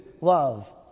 love